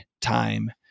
time